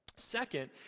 Second